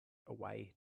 away